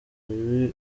bibi